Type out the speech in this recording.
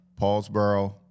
paulsboro